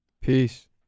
Peace